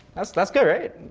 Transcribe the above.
that's that's good right?